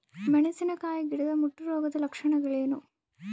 ಮೆಣಸಿನಕಾಯಿ ಗಿಡದ ಮುಟ್ಟು ರೋಗದ ಲಕ್ಷಣಗಳೇನು?